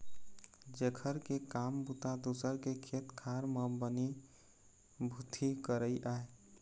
जेखर के काम बूता दूसर के खेत खार म बनी भूथी करई आय